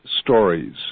stories